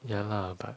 ya lah but